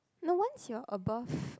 no once your above